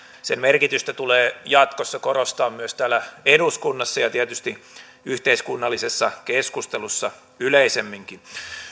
sen merkitystä tulee jatkossa korostaa myös täällä eduskunnassa ja tietysti yhteiskunnallisessa keskustelussa yleisemminkin